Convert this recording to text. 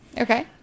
Okay